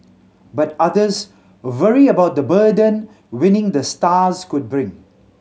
but others worry about the burden winning the stars could bring